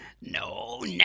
no